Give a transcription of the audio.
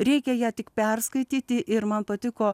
reikia ją tik perskaityti ir man patiko